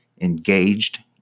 engaged